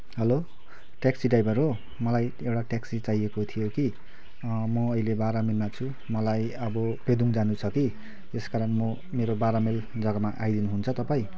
hello taxi driver हो मलाई एउटा ट्याक्सी चाहिएको थियो कि म अहिले बाह्र माइलमा छु मलाई अब पेदोङ जानु छ कि त्यस कारण म मेरो बाह्र माइल जग्गामा आइदिनु हुन्छ तपाईँ